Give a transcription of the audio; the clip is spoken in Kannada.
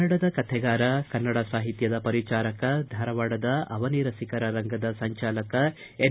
ಕನ್ನಡದ ಕಥೆಗಾರ ಕನ್ನಡ ಸಾಹಿತ್ಯದ ಪರಿಚಾರಕ ಧಾರವಾಡದ ಅವನಿ ರಸಿಕರ ರಂಗದ ಸಂಚಾಲಕ ಎನ್